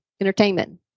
entertainment